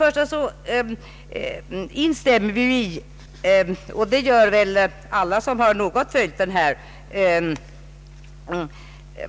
Alla som något har följt utvecklingen av